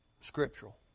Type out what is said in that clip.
scriptural